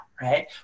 right